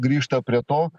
grįžta prie to